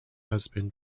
husband